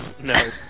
no